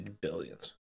Billions